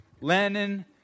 Lennon